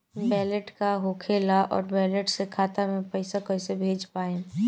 Wallet का होखेला और वैलेट से खाता मे पईसा कइसे भेज पाएम?